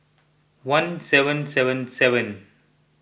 one seven seven seven